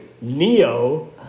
Neo